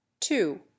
two